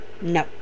No